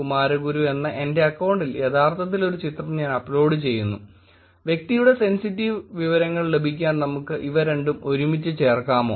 കുമാരഗുരു എന്ന എന്റെ അക്കൌണ്ടിൽ യഥാർത്ഥത്തിൽ ഒരു ചിത്രം ഞാൻ അപ്ലോഡ് ചെയ്യുന്നുവ്യക്തിയുടെ സെൻസിറ്റീവ് വിവരങ്ങൾ ലഭിക്കാൻ നമുക്ക് ഇവ രണ്ടും ഒരുമിച്ച് ചേർക്കാമോ